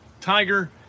Tiger